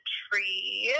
tree